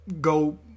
go